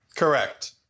Correct